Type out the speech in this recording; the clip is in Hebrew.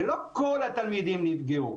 כלומר לא כל התלמידים נפגעו.